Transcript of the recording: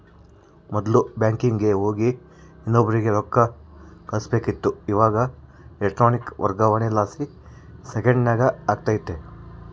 ಮೊದ್ಲು ಬ್ಯಾಂಕಿಗೆ ಹೋಗಿ ಇನ್ನೊಬ್ರಿಗೆ ರೊಕ್ಕ ಕಳುಸ್ಬೇಕಿತ್ತು, ಇವಾಗ ಎಲೆಕ್ಟ್ರಾನಿಕ್ ವರ್ಗಾವಣೆಲಾಸಿ ಸೆಕೆಂಡ್ನಾಗ ಆಗ್ತತೆ